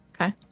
okay